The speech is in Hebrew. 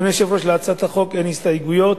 אדוני היושב-ראש, להצעת החוק אין הסתייגויות,